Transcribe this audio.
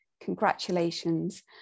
congratulations